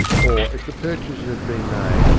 or, if the purchases had been made,